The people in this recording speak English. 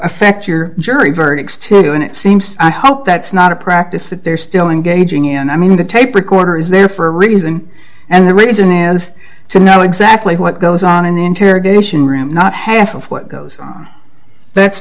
affect your jury verdicts to you and it seems i hope that's not a practice that they're still engaging in i mean the tape recorder is there for a reason and the reason is to know exactly what goes on in the interrogation room not half of what goes on that's